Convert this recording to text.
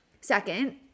Second